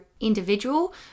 individual